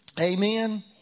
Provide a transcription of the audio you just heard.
Amen